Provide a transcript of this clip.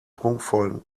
prunkvollen